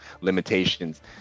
limitations